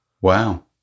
Wow